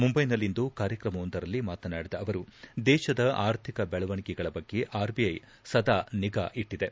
ಮುಂದೈನಲ್ಲಿಂದು ಕಾರ್ಯಕ್ರಮವೊಂದರಲ್ಲಿ ಮಾತನಾಡಿದ ಅವರು ದೇಶದ ಆರ್ಥಿಕ ಬೆಳವಣಿಗೆಗಳ ಬಗ್ಗೆ ಆರ್ಬಿಐ ಸದಾ ನಿಗಾ ಇಟ್ಟಿದೆ